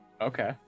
Okay